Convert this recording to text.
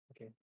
Okay